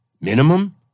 minimum